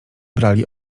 brali